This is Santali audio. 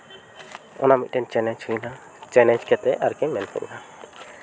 ᱚᱱᱟ ᱢᱤᱫᱴᱮᱱ ᱪᱮᱞᱮᱧᱡᱽ ᱦᱩᱭ ᱮᱱᱟ ᱪᱮᱞᱮᱧᱡᱽ ᱠᱟᱛᱮᱫ ᱟᱨᱠᱤ ᱢᱮᱱ ᱦᱩᱭ ᱮᱱᱟ